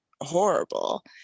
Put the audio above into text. horrible